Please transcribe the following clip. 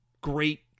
Great